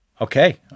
okay